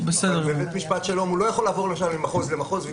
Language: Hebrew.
בבית משפט שלום הוא לא יכול לעבור ממחוז למחוז.